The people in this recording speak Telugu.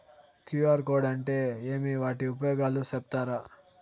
క్యు.ఆర్ కోడ్ అంటే ఏమి వాటి ఉపయోగాలు సెప్తారా?